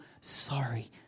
sorry